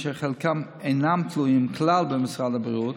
אשר חלקם אינם תלויים כלל במשרד הבריאות,